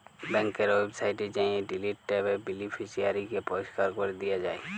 ব্যাংকের ওয়েবসাইটে যাঁয়ে ডিলিট ট্যাবে বেলিফিসিয়ারিকে পরিষ্কার ক্যরে দিয়া যায়